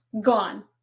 gone